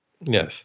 Yes